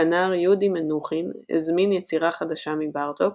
הכנר יהודי מנוחין הזמין יצירה חדשה מבארטוק,